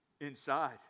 inside